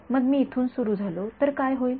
मग मी इथून सुरु झालो तर काय होईल